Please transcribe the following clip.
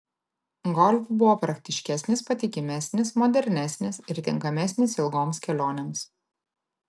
golf buvo praktiškesnis patikimesnis modernesnis ir tinkamesnis ilgoms kelionėms